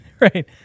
right